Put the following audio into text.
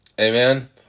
Amen